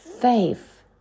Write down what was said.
faith